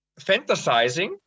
fantasizing